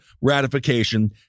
ratification